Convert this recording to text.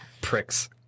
Pricks